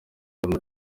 ubona